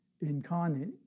Incarnate